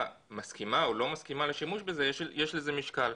מסכימה או לא מסכימה לשימוש בזה יש לזה משקל.